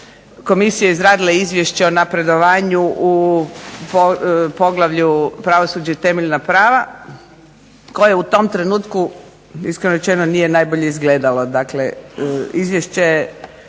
Komisija je izradila mišljenje o napredovanju u poglavlju Pravosuđe i temeljna prava, koje u tom trenutku iskreno rečeno nije najbolje izgledalo.